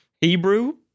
Hebrew